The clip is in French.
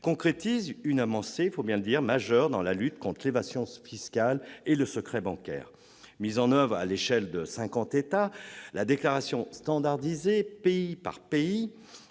concrétise une avancée majeure dans la lutte contre l'évasion fiscale et le secret bancaire. Mis en oeuvre à l'échelle de cinquante États, la déclaration standardisée, pays par pays,